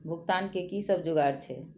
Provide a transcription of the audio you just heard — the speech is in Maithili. भुगतान के कि सब जुगार छे?